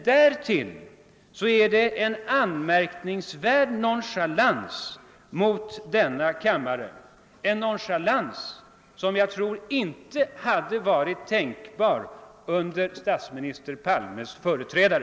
Därtill är det en anmärkningsvärd nonchalans mot denna kammare, en nonchalans som jag tror inte hade varit tänkbar under statsminister Palmes företrädare.